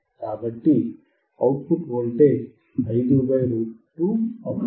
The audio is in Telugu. కాబట్టి అవుట్పుట్ వోల్టేజ్ 5 √2 అవుతుంది